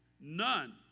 None